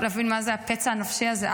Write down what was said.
להבין מה זה הפצע הנפשי הזה,